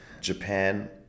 Japan